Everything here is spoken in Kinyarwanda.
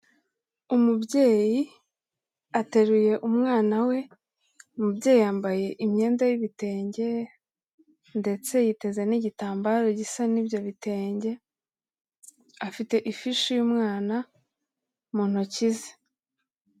Umubyeyi ateruye umwana we, umubyeyi yambaye imyenda y'ibitenge ndetse yiteze n'igitambaro gisa n'ibyo bitenge, afite ifishi y'umwana mu ntoki ze.